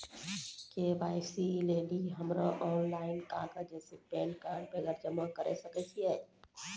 KYC लेली हम्मय online कागज जैसे पैन कार्ड वगैरह जमा करें सके छियै?